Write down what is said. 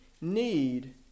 need